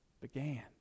began